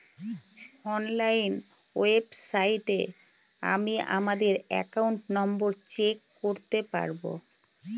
online ওয়েবসাইটে আমি আমাদের একাউন্ট নম্বর চেক করতে পারবো